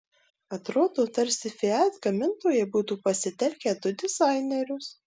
atrodo tarsi fiat gamintojai būtų pasitelkę du dizainerius